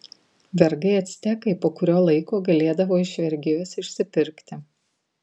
vergai actekai po kurio laiko galėdavo iš vergijos išsipirkti